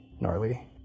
Gnarly